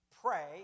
Pray